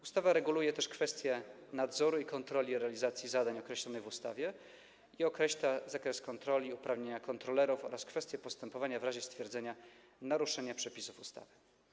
Ustawa reguluje też kwestie nadzoru i kontroli realizacji zadań określonych w ustawie, określa zakres kontroli, uprawnienia kontrolerów oraz postępowanie w razie stwierdzenia naruszenia przepisów ustawy.